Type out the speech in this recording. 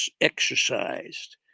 exercised